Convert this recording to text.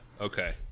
Okay